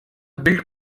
build